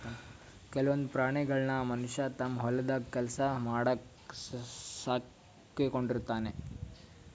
ಕೆಲವೊಂದ್ ಪ್ರಾಣಿಗಳನ್ನ್ ಮನಷ್ಯ ತಮ್ಮ್ ಹೊಲದ್ ಕೆಲ್ಸ ಮಾಡಕ್ಕ್ ಸಾಕೊಂಡಿರ್ತಾನ್